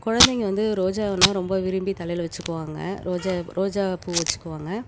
குழந்தைங்க வந்து ரோஜான்னா ரொம்ப விரும்பி தலையில வச்சிக்குவாங்க ரோஜா ரோஜா பூ வச்சிக்குவாங்க